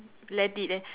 let it eh